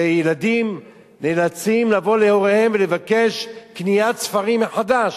וילדים נאלצים לבוא להוריהם ולבקש קניית ספרים מחדש,